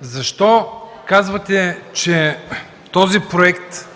защо казвате, че този проект